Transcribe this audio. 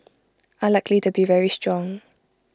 are likely to be very strong